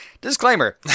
Disclaimer